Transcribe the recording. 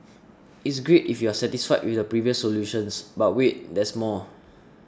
it's great if you're satisfied with the previous solutions but wait there's more